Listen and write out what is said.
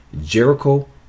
Jericho